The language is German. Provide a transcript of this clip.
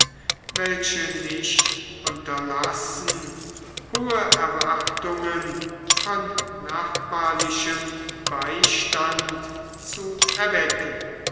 welche nicht unterlassen hohe erwartungen von nachbarlichem beistand zu erwecken